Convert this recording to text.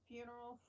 Funeral